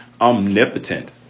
omnipotent